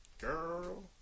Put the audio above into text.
Girl